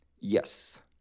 Yes